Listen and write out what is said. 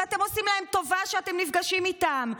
שאתם עושים להם טובה שאתם נפגשים איתם,